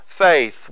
faith